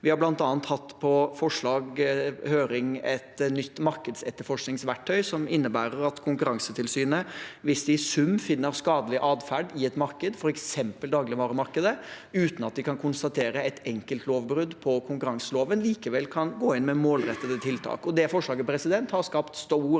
Vi har bl.a. hatt på høring et forslag om et nytt markedsetterforskningsverktøy, som innebærer at Konkurransetilsynet, hvis de i sum finner skadelig atferd i et marked, f.eks. dagligvaremarkedet, uten at vi kan konstatere et enkelt lovbrudd på konkurranseloven, likevel kan gå inn med målrettede tiltak. Det forslaget har skapt stort